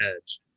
edge